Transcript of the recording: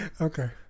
Okay